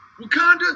Wakanda